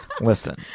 Listen